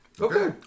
Okay